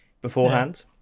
beforehand